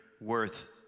worth